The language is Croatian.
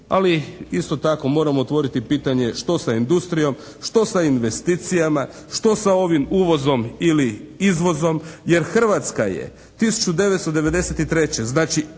Ali isto tako moramo otvoriti pitanje što sa industrijom, što sa investicijama, što sa ovim uvozom ili izvozom jer Hrvatska je 1993., znači